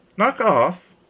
knock off?